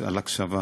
ההקשבה.